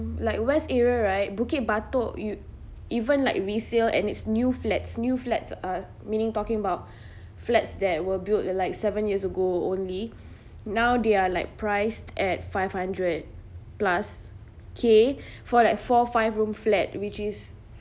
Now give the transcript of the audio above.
like west area right bukit batok you'd even like resale and it's new flats new flats uh meaning talking about flats that were built at like seven years ago only now they are like priced at five hundred plus K for like four five room flat which is